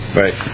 right